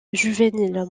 juvéniles